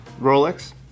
Rolex